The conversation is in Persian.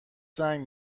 زنگ